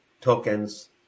tokens